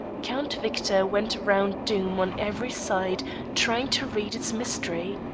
count victor went round doom on every side trying to read its mystery.